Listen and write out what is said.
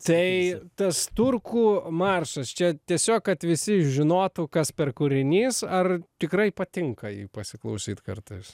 tai tas turkų maršas čia tiesiog kad visi žinotų kas per kūrinys ar tikrai patinka jį pasiklausyt kartais